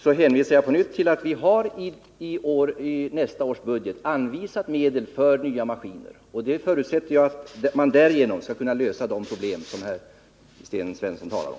Jag hänvisar på nytt till att vi i nästa års budget har anvisat medel för dylika maskiner. Jag förutsätter att man därigenom kan lösa de problem som Sten Svensson talar om.